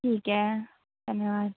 ठीक है धन्यवाद